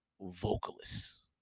vocalists